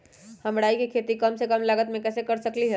हम राई के खेती कम से कम लागत में कैसे कर सकली ह?